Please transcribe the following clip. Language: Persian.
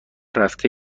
رفته